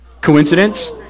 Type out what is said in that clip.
Coincidence